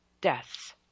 deaths